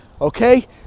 okay